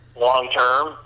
long-term